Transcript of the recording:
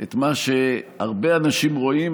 את מה שהרבה אנשים רואים,